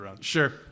sure